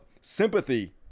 sympathy